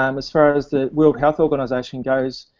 um as far as the world health organization goes.